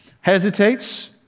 hesitates